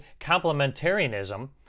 complementarianism